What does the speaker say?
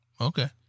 okay